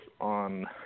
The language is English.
on